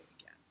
again